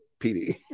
PD